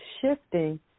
shifting